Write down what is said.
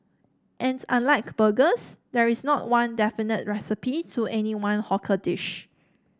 and unlike burgers there is not one definitive recipe to any one hawker dish